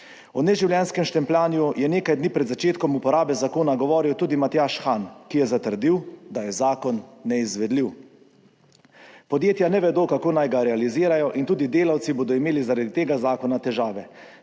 O neživljenjskem štempljanju je nekaj dni pred začetkom uporabe zakona govoril tudi Matjaž Han, ki je zatrdil, da je zakon neizvedljiv. Podjetja ne vedo, kako naj ga realizirajo in tudi delavci bodo imeli zaradi tega zakona težave.